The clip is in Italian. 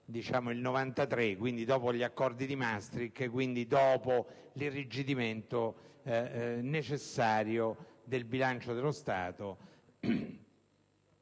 dopo il 1993, dopo gli accordi di Maastricht, quindi dopo l'irrigidimento necessario del bilancio dello Stato.